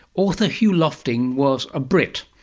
author hugh lofting was a brit,